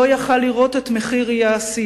הוא לא יכול היה לראות את מחיר האי-עשייה,